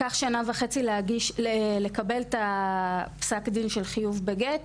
לקח שנה וחצי לקבל את פסק הדין של חיוב בגט.